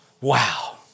Wow